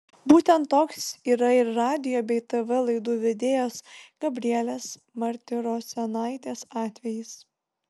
būtent toks yra ir radijo bei tv laidų vedėjos gabrielės martirosianaitės atvejis